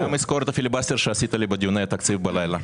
אני גם אזכור את הפיליבסטר שעשית לי בדיוני התקציב בלילה.